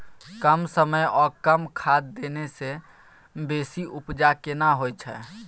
कम समय ओ कम खाद देने से बेसी उपजा केना होय छै?